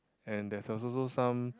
and there's also some